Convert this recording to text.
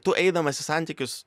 tu eidamas į santykius